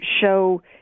show